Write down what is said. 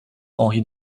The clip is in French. henri